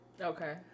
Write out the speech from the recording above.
Okay